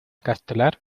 castelar